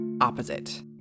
opposite